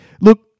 Look